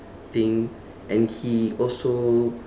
thing and he also